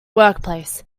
workplace